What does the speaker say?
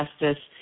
justice